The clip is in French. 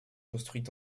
construite